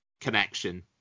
connection